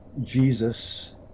Jesus